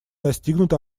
достигнут